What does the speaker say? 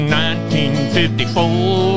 1954